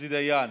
עוזי דיין,